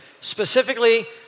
Specifically